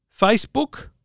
Facebook